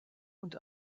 und